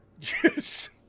Yes